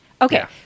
Okay